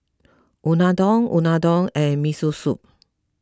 Unadon Unadon and Miso Soup